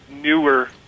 newer